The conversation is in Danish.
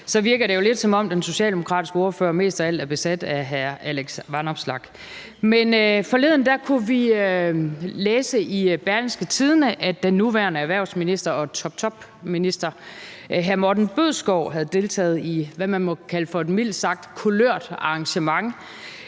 Så virker det jo lidt, som om den socialdemokratiske ordfører mest af alt er besat af hr. Alex Vanopslagh. Men forleden kunne vi læse i Berlingske, at den nuværende erhvervsminister og toptopminister, hr. Morten Bødskov, havde deltaget i, hvad man må kalde for et mildt sagt kulørt arrangement